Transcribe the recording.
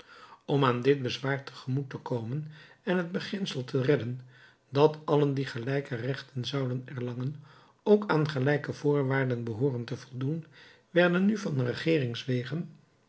om aan dit bezwaar te gemoet te komen en het beginsel te redden dat allen die gelijke rechten zouden erlangen ook aan gelijke voorwaarden behoorden te voldoen werden nu van regeringswege